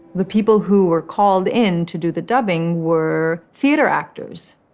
the people who were called in to do the dubbing were theater actors,